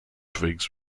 briggs